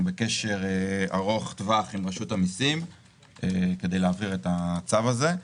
אנחנו בקשר ארוך טווח עם רשות המסים כדי להעביר את הצו הזה.